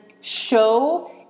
show